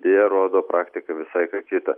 deja rodo praktika visai kita